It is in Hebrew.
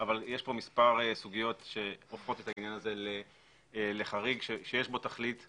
אבל יש פה מספר סוגיות שהופכות את העניין הזה לחריג שיש בו תכלית.